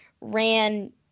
ran